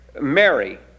Mary